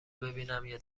ببینم، یه